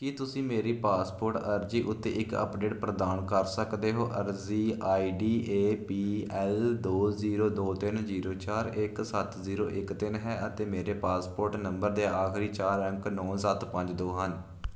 ਕੀ ਤੁਸੀਂ ਮੇਰੀ ਪਾਸਪੋਰਟ ਅਰਜ਼ੀ ਉੱਤੇ ਇੱਕ ਅੱਪਡੇਟ ਪ੍ਰਦਾਨ ਕਰ ਸਕਦੇ ਹੋ ਅਰਜ਼ੀ ਆਈਡੀ ਏ ਪੀ ਐੱਲ ਦੋ ਜ਼ੀਰੋ ਦੋ ਤਿੰਨ ਜ਼ੀਰੋ ਚਾਰ ਇੱਕ ਸੱਤ ਜ਼ੀਰੋ ਇੱਕ ਤਿੰਨ ਹੈ ਅਤੇ ਮੇਰੇ ਪਾਸਪੋਰਟ ਨੰਬਰ ਦੇ ਆਖਰੀ ਚਾਰ ਅੰਕ ਨੌਂ ਸੱਤ ਪੰਜ ਦੋ ਹਨ